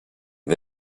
les